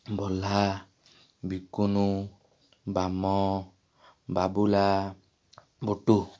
ବଲହା ବିକୁନୁ ବାମ ବାବୁଲା ଗୁଡ୍ଡୁ